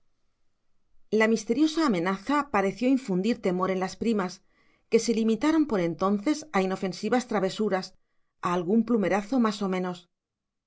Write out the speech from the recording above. la misteriosa amenaza pareció infundir temor en las primas que se limitaron por entonces a inofensivas travesuras a algún plumerazo más o menos